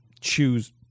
choose